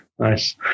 Nice